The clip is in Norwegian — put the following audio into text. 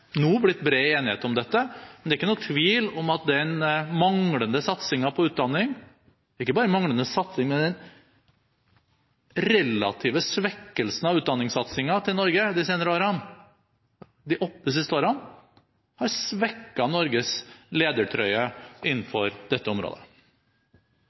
nå er blitt bred enighet om dette. Men det er ikke noen tvil om at den manglende satsingen på utdanning – ikke bare manglende satsing, men den relative svekkelsen av utdanningssatsingen til Norge de senere årene – de åtte siste årene – har svekket Norges ledertrøye